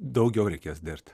daugiau reikės dirbti